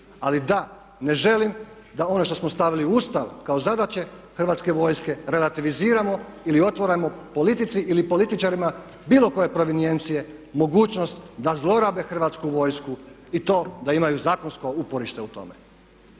Ali da, ne želim da ono što smo stavili u Ustav kao zadaće Hrvatske vojske relativiziramo ili otvaramo politici ili političarima bilo koje provenijencije mogućnost da zlorabe Hrvatsku vojsku i to da imaju zakonsko uporište u tome.